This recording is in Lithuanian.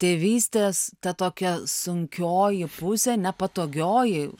tėvystės ta tokia sunkioji pusė nepatogioji